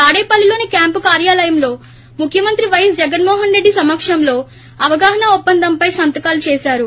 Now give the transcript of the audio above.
తాడేపల్లిలోని క్యాంపు కార్యాలయంలో ముఖ్యమంత్రి ప్రైఎస్ జగన్మోహన్రెడ్డి సమక్షంలో అవగాహన ఒప్పందంపై సంతకాలు చేశారు